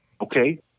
okay